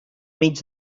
mig